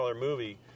movie